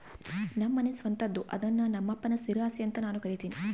ನಮ್ಮನೆ ಸ್ವಂತದ್ದು ಅದ್ನ ನಮ್ಮಪ್ಪನ ಸ್ಥಿರ ಆಸ್ತಿ ಅಂತ ನಾನು ಕರಿತಿನಿ